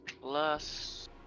plus